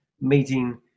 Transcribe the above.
meeting